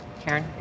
karen